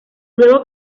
luego